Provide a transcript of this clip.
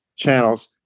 channels